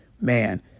Man